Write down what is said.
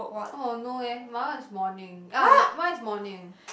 oh no eh my one is morning ah my mine is morning